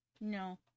no